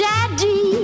Daddy